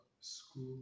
school